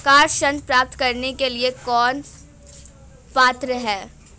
Car ऋण प्राप्त करने के लिए कौन पात्र है?